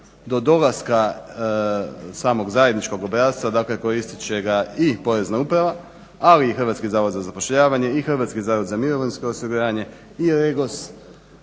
do dolaska samog zajedničkog obrasca koristit će ga i Porezna uprava ali i Hrvatski zavod za zapošljavanje i Hrvatski zavod za mirovinsko osiguranje i REGOS